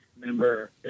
member